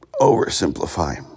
oversimplify